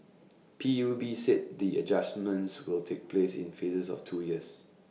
P U B said the adjustments will take place in phases of two years